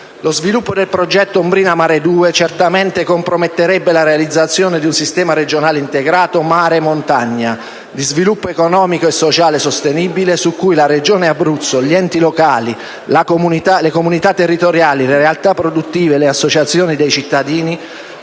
Lo sviluppo del progetto "Ombrina Mare 2" certamente comprometterebbe la realizzazione di un sistema regionale integrato "mare-montagna", di sviluppo economico e sociale sostenibile, su cui la Regione Abruzzo, gli enti locali, le comunità territoriali, le realtà produttive, le associazioni dei cittadini